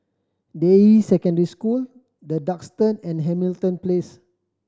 Deyi Secondary School The Duxton and Hamilton Place